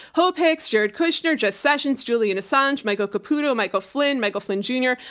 hope hicks, jared kushner, jeff sessions, julian assange, michael caputo, michael flynn, michael flynn jr,